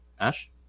Ash